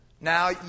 Now